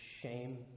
shame